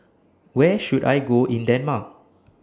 Where should I Go in Denmark